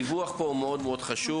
הדיווח הוא מאוד מאוד חשוב.